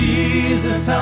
Jesus